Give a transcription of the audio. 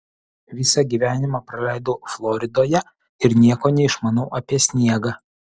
visą gyvenimą praleidau floridoje ir nieko neišmanau apie sniegą